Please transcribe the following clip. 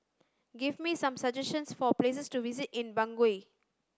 give me some suggestions for places to visit in Bangui